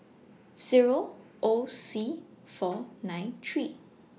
Zero O C four nine three